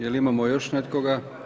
Je li imamo još nekoga?